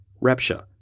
Rapture